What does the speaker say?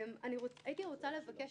אני רוצה לבקש